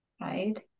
right